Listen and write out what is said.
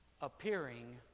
appearing